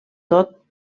tot